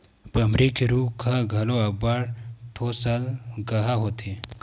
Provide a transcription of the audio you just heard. बमरी के रूख ह घलो अब्बड़ ठोसलगहा होथे